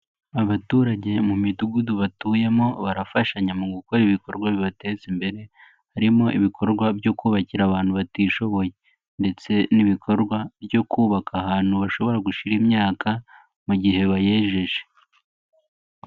Abaturage mu midugudu batuyemo barafashanya mu gukora ibikorwa bibateza imbere, harimo ibikorwa byo kubakira abantu batishoboye ndetse n'ibikorwa byo kubaka ahantu bashobora gushira imyaka mu gihe bayejeje.